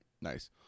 Nice